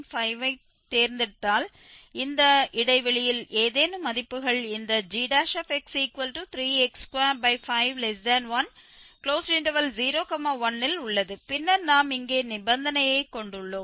5 ஐ த் தேர்ந்தெடுத்தால் இந்த இடைவெளியில் ஏதேனும் மதிப்புகள் இந்த gx3x251 01 இல் உள்ளது பின்னர் நாம் இங்கே நிபந்தனையைக் கொண்டுள்ளோம்